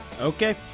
Okay